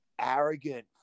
arrogant